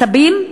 הסבים,